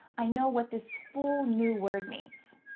i know what this full new word means.